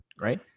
right